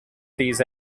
these